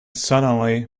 suddenly